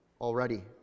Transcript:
already